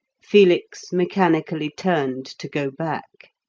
felix mechanically turned to go back.